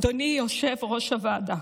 אדוני יושב-ראש הוועדה,